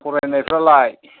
फरायनाय फ्रालाय